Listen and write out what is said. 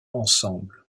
ensemble